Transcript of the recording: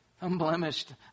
Unblemished